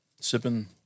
Sipping